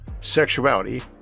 sexuality